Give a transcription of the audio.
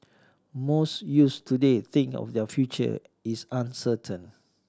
most youth today think of their future is uncertain